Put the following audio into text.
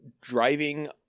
driving